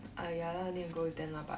ah ya lah need to go with them lah but